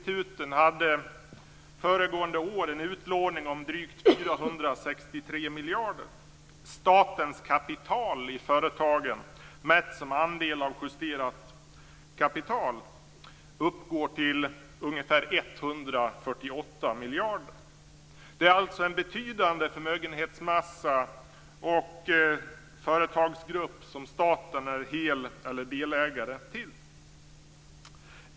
Den hade drygt Statens kapital i företagen mätt som andel av justerat kapital uppgår till ungefär 148 miljarder. Den företagsgrupp som staten är hel eller delägare till utgör alltså en betydande förmögenhetsmassa.